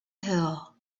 hill